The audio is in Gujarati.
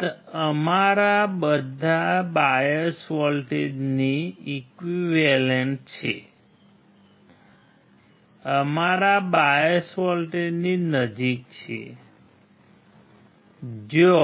તે અમારા બાયસ વોલ્ટેજની ઈક્વિવેલેન્ટ છે જે